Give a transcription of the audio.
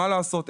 מה לעשות,